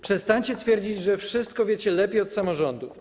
Przestańcie twierdzić, że wszystko wiecie lepiej od samorządów.